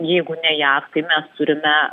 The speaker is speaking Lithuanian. jeigu ne jav tai mes turime